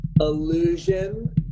Illusion